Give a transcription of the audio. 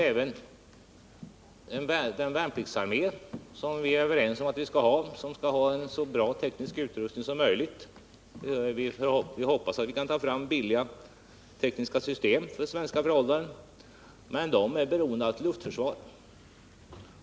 Även den värnpliktsarmé som vi är överens om att vi skall ha i detta land skall naturligtvis ha så bra teknisk utrustning som möjligt. Vi hoppas att vi skall kunna ta fram billiga tekniska system för svenska förhållanden, men dessa är beroende av ett luftförsvar.